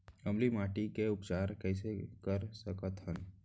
अम्लीय माटी के उपचार कइसे कर सकत हन?